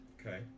Okay